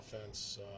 offense